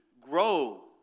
grow